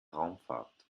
raumfahrt